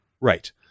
Right